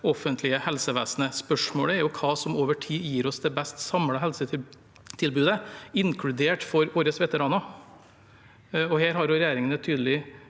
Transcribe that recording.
offentlige helsevesenet. Spørsmålet er hva som over tid gir oss det best samlede helsetilbudet, inkludert for våre veteraner. Regjeringen har